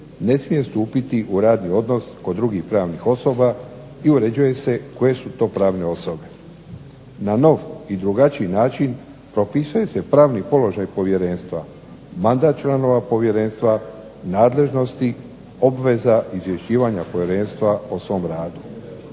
ne smije stupiti u radni odnos kod drugih pravnih osoba i uređuje se koje su to pravne osobe. Na nov i drugačiji način propisuje se pravni položaj povjerenstva, mandat članova povjerenstva, nadležnosti, obveza izvješćivanja povjerenstva o svom radu.